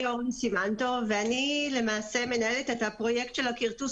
אני למעשה מנהלת את הפרויקט של הכרטוס